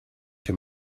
too